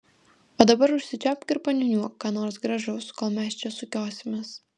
o dabar užsičiaupk ir paniūniuok ką nors gražaus kol mes čia sukiosimės